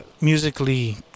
musically